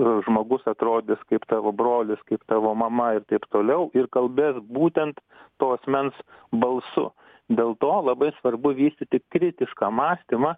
žmogus atrodys kaip tavo brolis kaip tavo mama ir taip toliau ir kalbės būtent to asmens balsu dėl to labai svarbu vystyti kritišką mąstymą